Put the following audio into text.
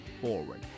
forward